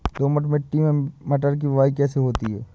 दोमट मिट्टी में मटर की बुवाई कैसे होती है?